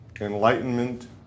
enlightenment